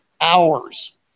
hours